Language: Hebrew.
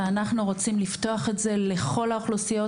ואנחנו רוצים לפתוח את זה לכל האוכלוסיות,